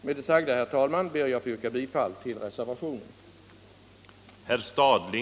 Med det sagda, herr talman, ber jag att få yrka bifall till reservationen.